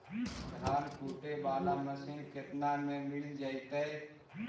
धान कुटे बाला मशीन केतना में मिल जइतै?